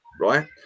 right